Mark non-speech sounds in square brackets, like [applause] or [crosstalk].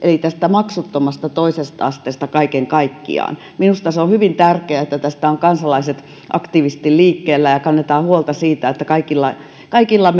tästä maksuttomasta toisesta asteesta kaiken kaikkiaan minusta on hyvin tärkeää että tästä ovat kansalaiset aktiivisesti liikkeellä ja kannetaan huolta siitä että kaikilla kaikilla [unintelligible]